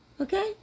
okay